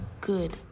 good